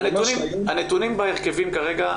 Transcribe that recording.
הנתונים בהרכבים כרגע,